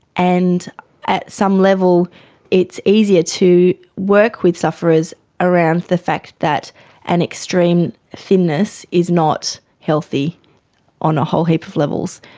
and at some level it's easier to work with sufferers around the fact that an extreme thinness is not healthy on a whole heap of levels.